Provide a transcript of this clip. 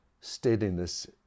steadiness